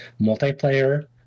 multiplayer